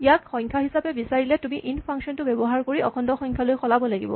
ইয়াক সংখ্যা হিচাপে বিচাৰিলে তুমি ইন্ট ফাংচন ব্যৱহাৰ কৰি অখণ্ড সংখ্যালৈ সলাব লাগিব